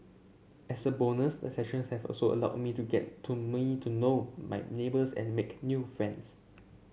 as a bonus the sessions have also allowed me to get to me to know my neighbours and make a new friends